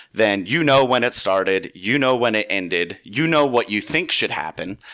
then you know when it started, you know when it ended, you know what you think should happen.